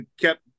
kept